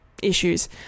Issues